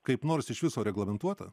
kaip nors iš viso reglamentuota